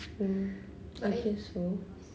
mm I guess so